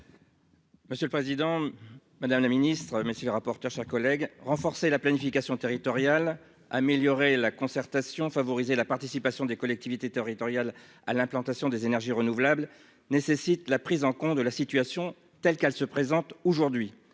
Monsieur le président, madame la ministre, messieurs les rapporteurs, chers collègues, renforcer la planification territoriale améliorer la concertation : favoriser la participation des collectivités territoriales à l'implantation des énergies renouvelables, nécessite la prise en compte de la situation telle qu'elle se présente aujourd'hui,